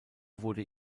wurde